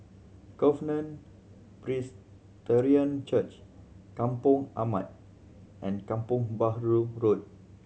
Covenant Presbyterian Church Kampong Ampat and Kampong Bahru Road